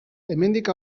hemendik